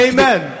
Amen